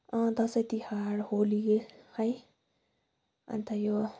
Dashain Tihar Holi अन्त यो